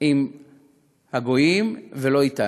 עם הגויים ולא אתנו.